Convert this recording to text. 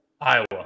Iowa